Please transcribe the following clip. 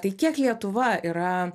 tai kiek lietuva yra